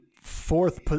fourth